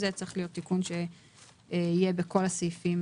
זה צריך להיות תיקון שיהיה בכל הסעיפים